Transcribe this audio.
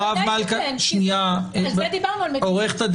בוודאי שכן, על זה דיברנו על מדיניות שיפוטית.